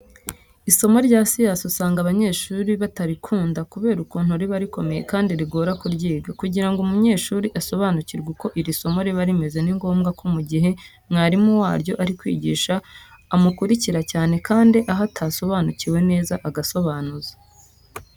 Isomo rya siyansi usanga abanyeshuri batarikunda kubera ukuntu riba rikomeye kandi rigora kuryiga. Kugira ngo umunyeshuri asobanukirwe uko iri somo riba rimeze ni ngombwa ko mu gihe mwarimu waryo ari kwigisha amukurikira cyane kandi aho atasobanukiwe neza agasobanuza.